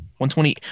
120